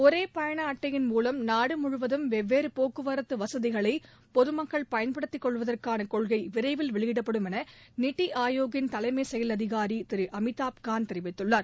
ஒரேபயணஅட்டையின் மூலம் நாடுமுழுவதும் வெவ்வேறபோக்குவரத்துவசதிகளைபொதுமக்கள் பயன்படுத்திக் கொள்வதற்கானகொள்கை விரைவில் வெளியிடப்படும் என்றுநித்திஆயோக்கின் தலைமை செயல் அதிகாரிதிருஅமிதாப்காந்த் தெரிவித்துள்ளார்